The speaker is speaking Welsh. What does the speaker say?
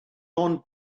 ond